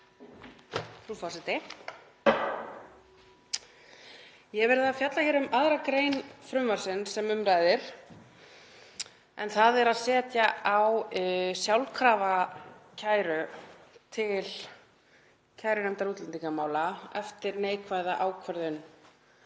Frú forseti. Ég hef verið að fjalla um 2. gr. frumvarpsins sem um ræðir, um það að setja á sjálfkrafa kæru til kærunefndar útlendingamála eftir neikvæða ákvörðun